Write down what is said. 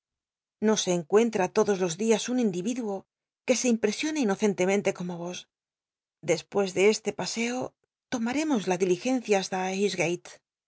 no se cncncrllra lodos los días nn individuo que se impresione inocentemente como vos des pues de este p tsco tomaremos la diligenciabasta highgatc